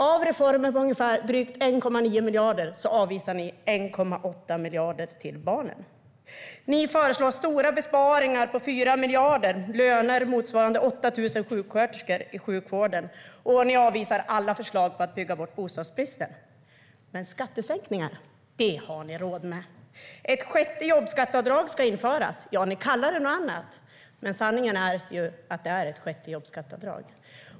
Av reformer på drygt 1,9 miljarder avvisar ni 1,8 miljarder till barnen. Ni föreslår besparingar på 4 miljarder, löner motsvarande 8 000 sjuksköterskor i sjukvården, och ni avvisar alla förslag på att bygga bort bostadsbristen. Men skattesänkningar har ni råd med. Ett sjätte jobbskatteavdrag ska införas. Ja, ni kallar det för något annat, men sanningen är att det är ett sjätte jobbskatteavdrag.